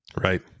Right